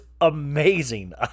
amazing